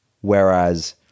Whereas